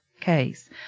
case